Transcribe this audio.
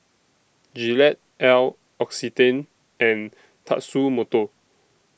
Gillette L'Occitane and Tatsumoto